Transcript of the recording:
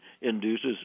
induces